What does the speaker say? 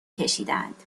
کشیدهاند